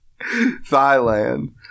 Thailand